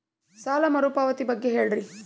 ಸಾಲ ಮರುಪಾವತಿ ಬಗ್ಗೆ ಹೇಳ್ರಿ?